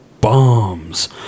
bombs